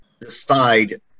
decide